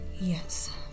Yes